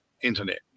internet